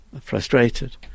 frustrated